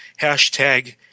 hashtag